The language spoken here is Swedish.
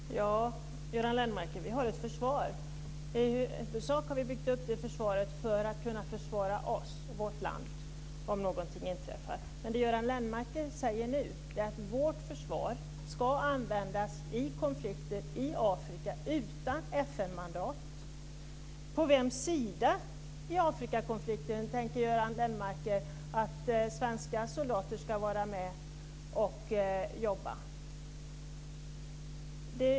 Herr talman! Ja, Göran Lennmarker, vi har ett försvar. I huvudsak har vi byggt upp det försvaret för att kunna försvara oss och vårt land om någonting inträffar. Men det Göran Lennmarker säger nu är att vårt försvar ska användas i konflikter i Afrika, utan FN mandat. På vems sida i Afrikakonflikten tänker Göran Lennmarker att svenska soldater ska jobba?